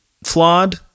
flawed